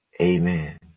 Amen